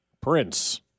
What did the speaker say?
Prince